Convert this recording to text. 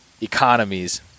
economies